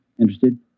Interested